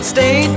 Stay